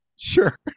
Sure